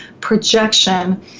projection